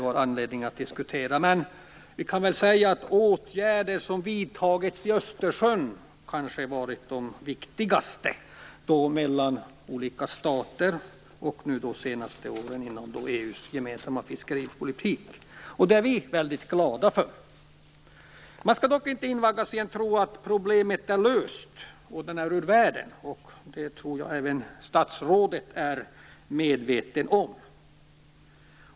Man kan diskutera vad som var skälen till att det här blev verklighet, men det viktigaste var nog de mellanstatliga åtgärder som vidtagits i Östersjön, de senaste åren inom EU:s gemensamma fiskeripolitik. Det är vi väldigt glada för. Man skall dock inte invaggas i tron att problemet är löst och ur världen - det tror jag att även statsrådet är medveten om.